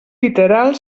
literal